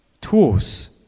tools